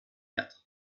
quatre